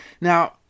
Now